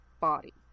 body